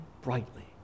brightly